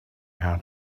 how